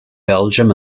belgium